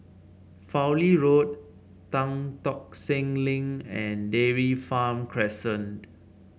Fowlie Road Tan Tock Seng Link and Dairy Farm Crescent